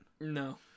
No